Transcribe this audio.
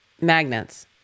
magnets